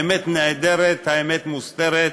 האמת נעדרת, האמת מוסתרת.